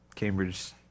Cambridge